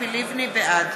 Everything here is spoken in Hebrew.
בעד